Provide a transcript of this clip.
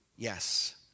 Yes